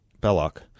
Belloc